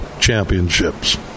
championships